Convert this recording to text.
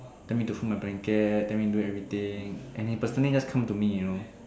tell me to fold my blanket tell me do everything and he personally just come to me you know